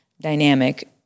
dynamic